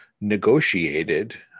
negotiated